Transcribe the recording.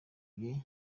yavuye